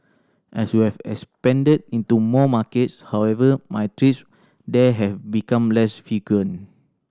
as we have expanded into more markets however my there have become less frequent